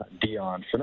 dion